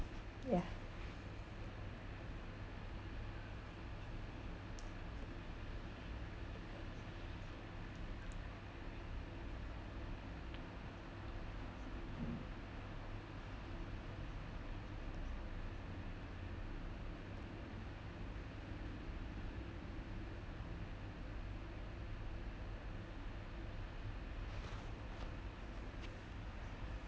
ya